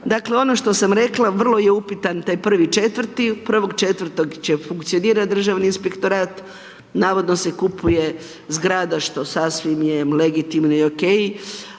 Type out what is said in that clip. Dakle, ono što sam rekla, vrlo je upitan taj 1.4., 1.4. će funkcionirati Državni inspektorat, navodno se kupuje zgrada što sasvim je legitimno i okej.